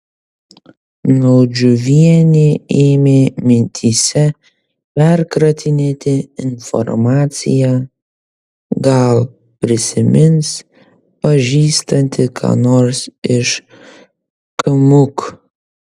naudžiuvienė ėmė mintyse perkratinėti informaciją gal prisimins pažįstanti ką nors iš kmuk